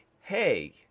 hey